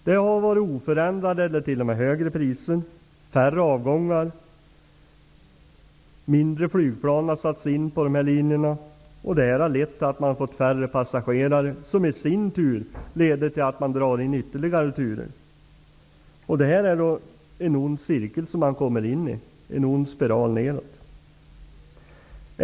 Där har det varit oförändrade eller t.o.m. högre priser, färre avgångar, och mindre flygplan har satts in på dessa linjer. Det har lett till att det har varit färre passagerare, vilket i sin tur leder till att man drar in ytterligare turer. Det är en ond cirkel, en ond spiral nedåt.